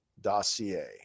dossier